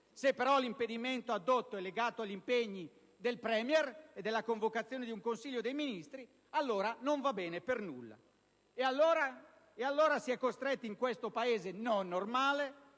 Se però l'impedimento addotto è legato agli impegni del *Premier* e alla convocazione del Consiglio dei ministri, allora non va bene per nulla. Allora, in questo Paese non normale,